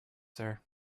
sir